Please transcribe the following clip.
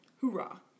Hoorah